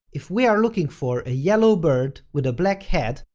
if we're looking for a yellow bird with a black head,